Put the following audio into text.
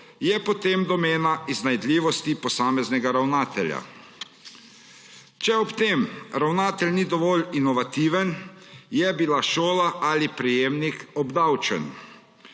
je potem domena iznajdljivosti posameznega ravnatelja. Če ob tem ravnatelj ni dovolj inovativen, je bila šola ali prejemnik obdavčen.